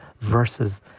versus